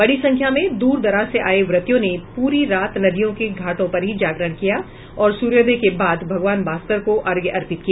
बड़ी संख्या में दूर दराज से आये व्रतियों ने पूरी रात नदियों के घाटों पर ही जागरण किया और सूर्योदय के बाद भगवान भास्कर को अर्घ्य अर्पित किया